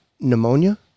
pneumonia